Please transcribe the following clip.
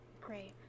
Great